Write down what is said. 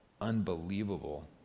unbelievable